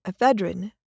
ephedrine